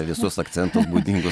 visus akcentus būdingus